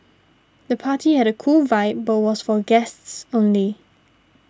the party had a cool vibe but was for guests only